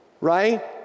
Right